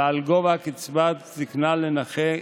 ועל גובה קצבת זקנה לנכה,